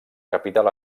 capital